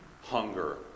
hunger